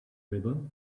river